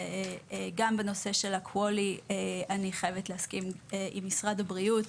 בנושא של ה-QALY אני חייבת להסכים עם משרד הבריאות.